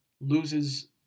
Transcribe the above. loses